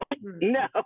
No